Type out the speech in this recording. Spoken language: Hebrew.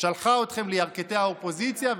שלחה אתכם לירכתי האופוזיציה,